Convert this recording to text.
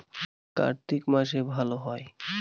কার্তিক মাসে ভালো হয়?